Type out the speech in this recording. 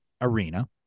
arena